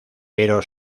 pero